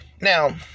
Now